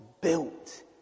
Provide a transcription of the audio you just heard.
built